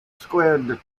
squid